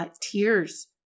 tears